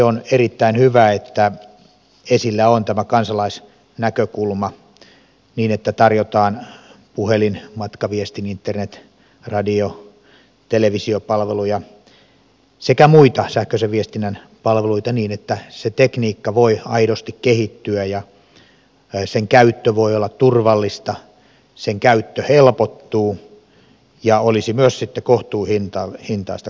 on erittäin hyvä että esillä on tämä kansalaisnäkökulma ja että tarjotaan puhelin matkaviestin internet radio ja televisiopalveluja sekä muita sähköisen viestinnän palveluja niin että se tekniikka voi aidosti kehittyä ja sen käyttö voi olla turvallista sen käyttö helpottuu ja olisi myös sitten kohtuuhintaista kuluttajille